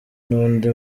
n’undi